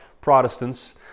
Protestants